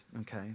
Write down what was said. okay